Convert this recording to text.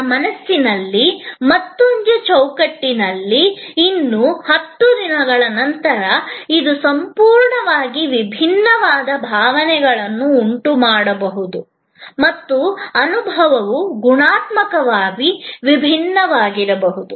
ನನ್ನ ಮನಸ್ಸಿನ ಮತ್ತೊಂದು ಚೌಕಟ್ಟಿನಲ್ಲಿ 10 ದಿನಗಳ ನಂತರ ಇದು ಸಂಪೂರ್ಣ ವಿಭಿನ್ನವಾದ ಭಾವನೆಗಳನ್ನು ಉಂಟುಮಾಡಬಹುದು ಮತ್ತು ಅನುಭವವು ಗುಣಾತ್ಮಕವಾಗಿ ಭಿನ್ನವಾಗಿರಬಹುದು